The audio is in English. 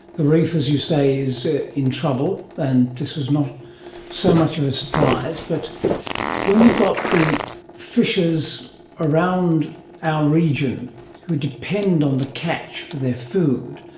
the reef as you say is in trouble and this was not so much of a surprise. but when you've got the fishes around our region who depend on the catch for their food,